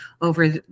over